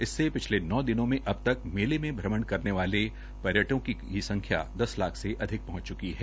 इससे पिछले नौ दिनों में अब तक मेले में श्रमण करने वाले पर्यटकों की संख्या दस लाख से अधिक पहंच च्की है